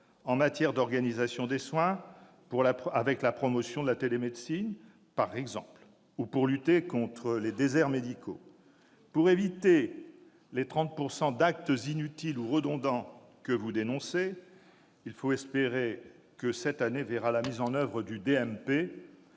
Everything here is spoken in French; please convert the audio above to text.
en matière d'organisation des soins, avec la promotion de la télémédecine, par exemple, ou pour lutter contre les déserts médicaux. Pour éviter les 30 % d'actes inutiles ou redondants que vous dénoncez, il faut espérer que cette année verra la mise en oeuvre du